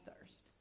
thirst